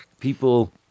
people